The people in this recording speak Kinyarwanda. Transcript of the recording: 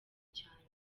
cyanjye